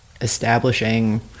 establishing